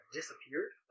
disappeared